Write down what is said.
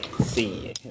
See